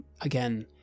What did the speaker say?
again